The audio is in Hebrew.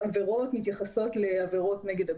תמשיך בעבודתך החשובה.